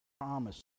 promise